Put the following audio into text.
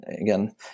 again